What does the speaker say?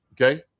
Okay